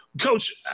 Coach